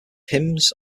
hymns